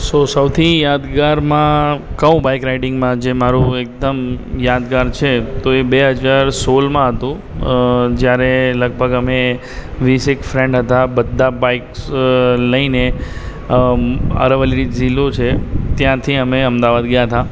સો સૌથી યાદગારમાં કહું બાઇક રાઇડિંગમાં જે મારું એકદમ યાદગાર છે તો એ બે હજાર સોળમાં હતું અ જયારે લગભગ અમે વીસેક ફ્રૅન્ડ હતા બધા બાઇક્સ લઈને અ અરવલ્લી જિલ્લો છે ત્યાંથી અમે અમદાવાદ ગયા હતા